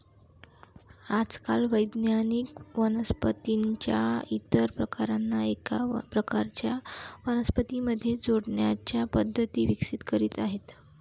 आजकाल वैज्ञानिक वनस्पतीं च्या इतर प्रकारांना एका प्रकारच्या वनस्पतीं मध्ये जोडण्याच्या पद्धती विकसित करीत आहेत